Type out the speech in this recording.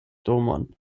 domon